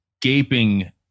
gaping